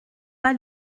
pas